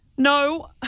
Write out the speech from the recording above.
No